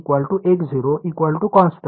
।xx0 constant